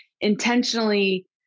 intentionally